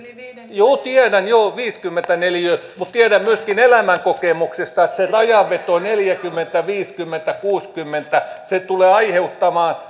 juu tiedän joo viisikymmentä neliötä mutta tiedän myöskin elämänkokemuksesta että se rajanveto neljäkymmentä viiva viisikymmentä kuusikymmentä tulee aiheuttamaan